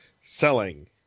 selling